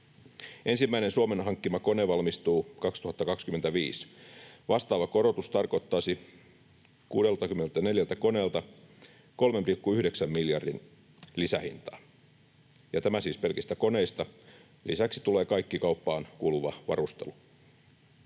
Ensimmäinen Suomen hankkima kone valmistuu 2025. Vastaava korotus tarkoittaisi 64 koneelta 3,9 miljardin lisähintaa. Ja tämä siis pelkistä koneista, lisäksi tulee kaikki kauppaan kuuluva varustelu.